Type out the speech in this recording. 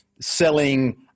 selling